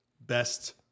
best